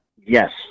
Yes